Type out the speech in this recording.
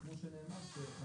וכמו שנאמר פה,